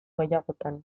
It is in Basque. gehiagotan